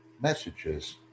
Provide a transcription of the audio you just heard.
messages